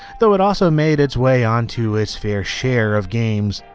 though it also made its way onto its fair share of games.